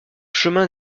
chemin